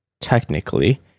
Technically